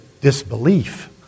disbelief